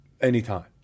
anytime